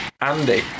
Andy